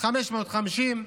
550,